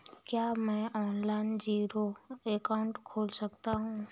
क्या मैं online zero account खोल सकता हूँ?